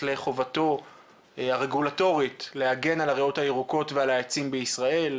לחובתו הרגולטורית להגן על הריאות הירוקות ועל העצים בישראל,